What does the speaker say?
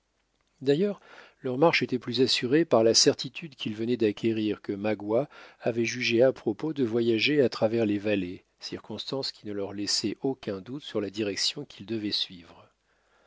d'ailleurs leur marche était plus assurée par la certitude qu'ils venaient d'acquérir que magua avait jugé à propos de voyager à travers les vallées circonstance qui ne leur laissait aucun doute sur la direction qu'ils devaient suivre